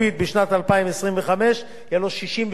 יהיו לו 67% של הפטור.